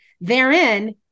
Therein